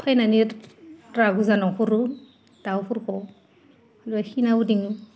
फैनानै रागा जोंनो ओंखारो दाउफोरखौ बिदि खिना दोनो